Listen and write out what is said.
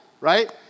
right